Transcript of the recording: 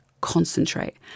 concentrate